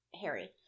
Harry